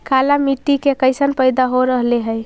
काला मिट्टी मे कैसन पैदा हो रहले है?